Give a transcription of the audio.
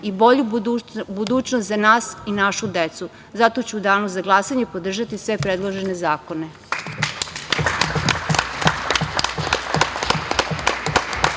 i bolju budućnost za nas i našu decu. Zato ću u danu za glasanje podržati sve predložene zakone.